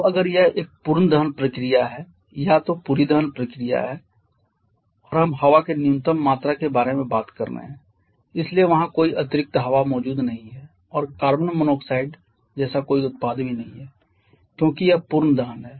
अब अगर यह एक पूर्ण दहन प्रक्रिया है या तो पूरी दहन प्रक्रिया है और हम हवा की न्यूनतम मात्रा के बारे में बात कर रहे हैं इसलिए वहां कोई अतिरिक्त हवा मौजूद नहीं है और कार्बन मोनोऑक्साइड जैसा कोई उत्पाद भी नहीं है क्योंकि यह पूर्ण दहन है